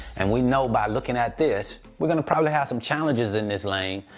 and we know by looking at this, we're gonna probably have some challenges in this lane.